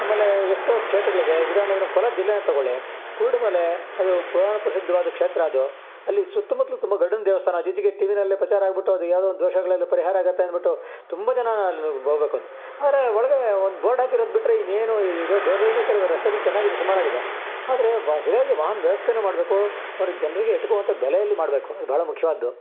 ಆಮೇಲೆ ಎಷ್ಟೋ ಕ್ಷೇತ್ರಗಳಿದೆ ಉದಾರ್ಣೆಗೆ ನಮ್ಮ ಕೋಲಾರ್ ಜಿಲ್ಲೇನೇ ತೊಗೊಳ್ಳಿ ಕುರುಡು ಮಲೆ ಅದು ಪುರಾಣ ಪ್ರಸಿದ್ಧವಾದ ಕ್ಷೇತ್ರ ಅದು ಅಲ್ಲಿ ಸುತ್ತಮುತ್ಲು ತುಂಬ ಗರುಡನ ದೇವಸ್ಥಾನ ಅದು ಇತ್ತೀಚಿಗೆ ಟಿ ವಿಯಲ್ಲೇ ಪ್ರಚಾರ ಆಗಿಬಿಟ್ಟು ಅದು ಯಾವುದೋ ಒಂದು ದೋಷಗಳೆಲ್ಲ ಪರಿಹಾರ ಆಗತ್ತೆ ಅಂದುಬಿಟ್ಟು ತುಂಬ ಜನ ಅಲ್ಲಿ ಬೋಬೇಕಂತ ಆದರೆ ಒಳಗೆ ಒಂದು ಬೋರ್ಡ್ ಹಾಕಿರೋದು ಬಿಟ್ಟರೆ ಇನ್ನೇನೂ ಇರೋ ದೇವ್ರ ದಯೆಯಿಂದ ಕೆಲವು ರಸ್ತೆಗಳು ಚೆನ್ನಾಗಿದೆ ಸುಮಾರಾಗಿದೆ ಆದರೆ ವಾ ಸರಿಯಾದ ವಾಹನ ವ್ಯವಸ್ಥೆನೂ ಮಾಡಬೇಕು ಅವ್ರಿಗ್ ಜನರಿಗೆ ಎಟುಕುವಂಥ ಬೆಲೆಯಲ್ಲಿ ಮಾಡಬೇಕುಕು ಅದು ಭಾಳ ಮುಖ್ಯವಾದ್ದು